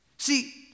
See